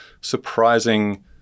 surprising